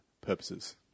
purposes